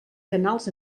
canals